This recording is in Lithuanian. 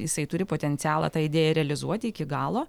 jisai turi potencialą tą idėją realizuoti iki galo